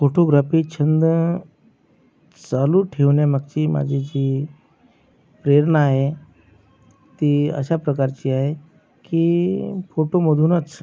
photography छंद चालू ठेवण्यामागची माझी जी प्रेरणा आहे ती अशा प्रकारची आहे की फोटोमधूनच